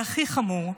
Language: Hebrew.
והכי חמור,